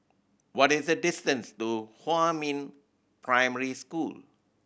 what is the distance to Huamin Primary School